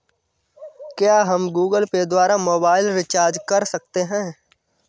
क्या हम Google Pay द्वारा मोबाइल रिचार्ज कर सकते हैं?